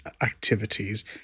activities